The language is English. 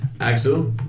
Axel